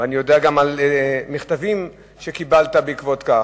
אני יודע גם על מכתבים שקיבלת בעקבות כך,